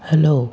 hello